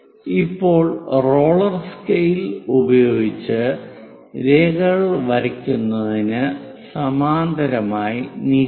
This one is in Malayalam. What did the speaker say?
ഇപ്പോൾ റോളർ സ്കെയിലർ ഉപയോഗിച്ച് രേഖകൾ വരയ്ക്കുന്നതിന് സമാന്തരമായി നീക്കുക